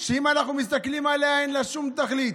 שאם אנחנו מסתכלים עליה אין לה שום תכלית,